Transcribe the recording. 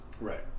right